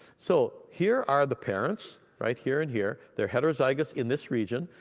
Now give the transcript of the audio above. so here are the parents, right here and here. they're heterozygous in this region,